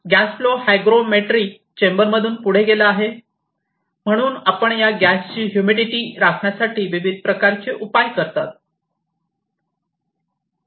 gas flow hygrometry चेंबरमधून पुढे गेला आहे म्हणून आपण या गॅसची ह्युमिडिटी राखण्यासाठी विविध प्रकारचे उपाय वापरता